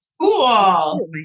Cool